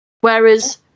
whereas